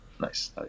nice